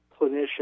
clinician